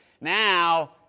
now